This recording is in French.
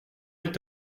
est